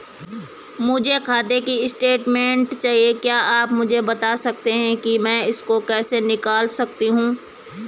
मुझे खाते की स्टेटमेंट चाहिए क्या आप मुझे बताना सकते हैं कि मैं इसको कैसे निकाल सकता हूँ?